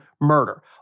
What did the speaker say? murder